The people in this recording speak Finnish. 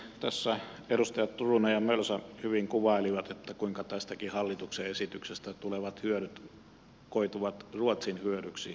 tässä edustajat turunen ja mölsä hyvin kuvailivat kuinka tästäkin hallituksen esityksestä tulevat hyödyt koituvat ruotsin eivätkä suomen hyödyksi